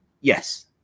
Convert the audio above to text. Yes